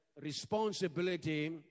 responsibility